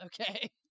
okay